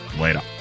Later